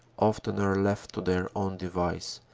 oftener left to their own device,